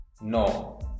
No